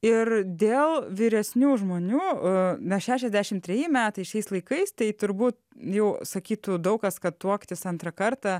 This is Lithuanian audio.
ir dėl vyresnių žmonių na šešiasdešimt treji metai šiais laikais tai turbūt jau sakytų daug kas kad tuoktis antrą kartą